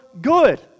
good